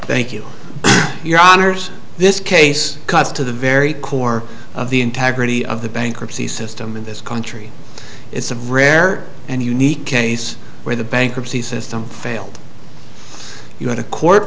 thank you your honors this case comes to the very core of the integrity of the bankruptcy system in this country it's a rare and unique case where the bankruptcy system failed you had a court